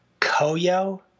Koyo